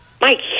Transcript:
Mike